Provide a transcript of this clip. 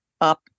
up